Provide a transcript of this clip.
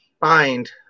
find